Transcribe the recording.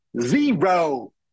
zero